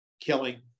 killing